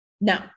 No